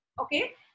Okay